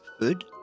food